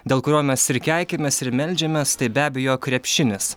dėl kurio mes ir keikiamės ir meldžiamės tai be abejo krepšinis